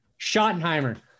Schottenheimer